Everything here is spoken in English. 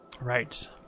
Right